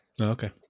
Okay